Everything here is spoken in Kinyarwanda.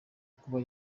kuba